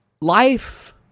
life